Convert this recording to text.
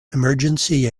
emergency